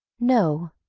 no,